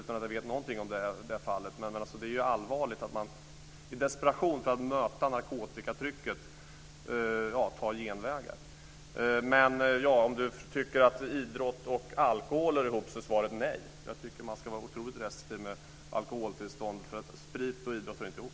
Jag vet ingenting om det fallet, men det är allvarligt att man i desperation för att möta narkotikatrycket tar genvägar. Svaret är nej på att alkohol och idrott hör ihop. Man ska vara otroligt restriktiv med alkoholtillstånd. Sprit och idrott hör inte ihop.